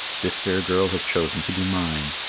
this fair girl has chosen to be mine.